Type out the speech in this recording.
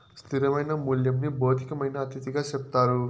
స్థిరమైన మూల్యంని భౌతికమైన అతిథిగా చెప్తారు